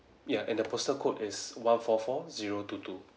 ya and the postal code is one four four zero two two